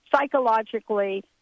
psychologically